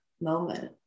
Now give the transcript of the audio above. moment